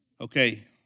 Okay